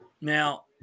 Now